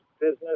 business